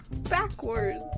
Backwards